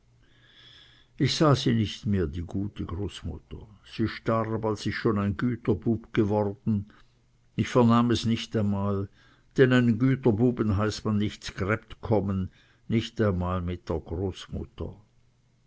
ich sah sie nicht mehr die gute großmutter sie starb als ich schon ein güterbub geworden ich vernahm es nicht einmal denn einen güterbuben heißt man nicht z'gräbt kommen nicht einmal mit der großmutter